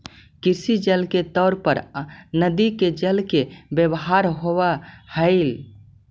कृषि जल के तौर पर नदि के जल के व्यवहार होव हलई